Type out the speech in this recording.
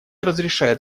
разрешает